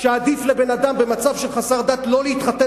שעדיף לבן-אדם במצב של חסר דת לא להתחתן